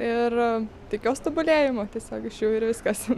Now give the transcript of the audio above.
ir tikiuos tobulėjimo tiesiog išėjau ir viskas